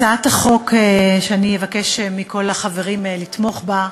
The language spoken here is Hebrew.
הצעת החוק שאני אבקש מכל החברים לתמוך בה,